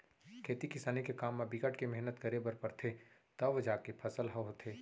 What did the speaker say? खेती किसानी के काम म बिकट के मेहनत करे बर परथे तव जाके फसल ह होथे